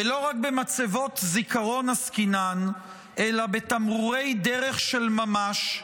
ולא רק במצבות זיכרון עסקינן אלא בתמרורי דרך של ממש,